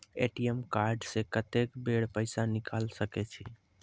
ATM card से कत्तेक बेर पैसा निकाल सके छी?